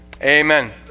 Amen